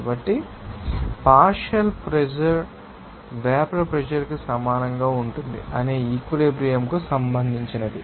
కాబట్టి partial pressure vapour pressure ానికి సమానంగా ఉంటుంది అనే ఈక్విలిబ్రియం కు సంబంధించినది